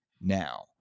now